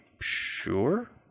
Sure